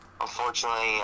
unfortunately